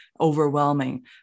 overwhelming